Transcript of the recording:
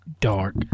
dark